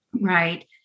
right